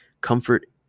comfort